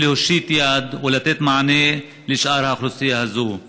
להושיט יד ולתת מענה לשאר אוכלוסייה זו,